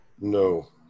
No